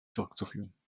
zurückzuführen